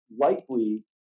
likely